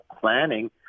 planning